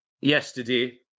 yesterday